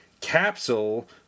capsule